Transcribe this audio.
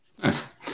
Nice